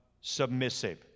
submissive